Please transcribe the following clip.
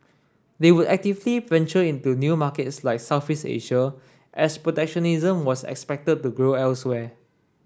they would actively venture into new markets like Southeast Asia as protectionism was expected to grow elsewhere